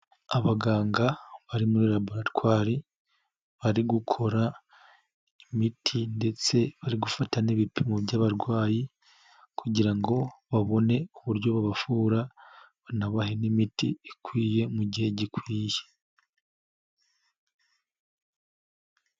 Abaganga bari muri laboratwari, bari gukora imiti ndetse bari gufafa n'ibipimo by'abarwayi, kugira ngo babone uburyo babavura, banabahe n'imiti ikwiye mu gihe gikwiye.